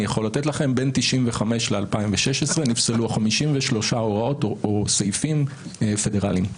בין 1995 ל-2016 נפסלו 53 הוראות או סעיפים פדרליים.